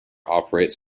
operates